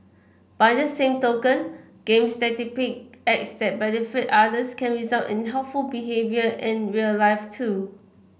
by the same token games that depict acts that benefit others can result in helpful behaviour in real life too